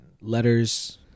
letters